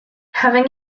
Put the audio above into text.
having